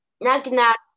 Knock-knock